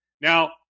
Now